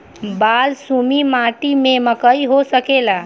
बलसूमी माटी में मकई हो सकेला?